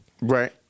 Right